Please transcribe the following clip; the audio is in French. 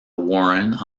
warren